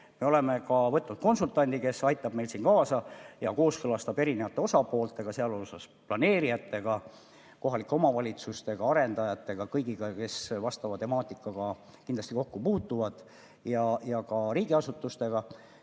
oleme ka võtnud konsultandi, kes meid aitab ja kooskõlastab erinevate osapooltega, sh planeerijatega, kohalike omavalitsustega, arendajatega – kõigiga, kes selle temaatikaga kindlasti kokku puutuvad, ja ka riigiasutustega.